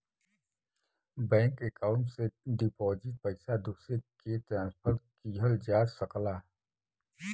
bank account से deposit पइसा दूसरे के ट्रांसफर किहल जा सकला